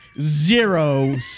Zero